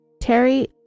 Terry